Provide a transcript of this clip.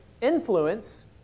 influence